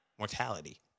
Mortality